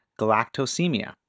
galactosemia